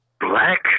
Black